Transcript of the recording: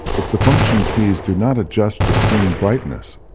if the function keys do not adjust the screen brightness,